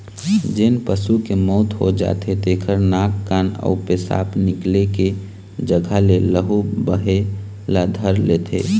जेन पशु के मउत हो जाथे तेखर नाक, कान अउ पेसाब निकले के जघा ले लहू बहे ल धर लेथे